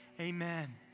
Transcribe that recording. Amen